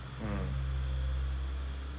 mm